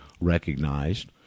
recognized